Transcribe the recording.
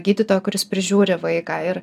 gydytojo kuris prižiūri vaiką ir